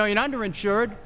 million under insured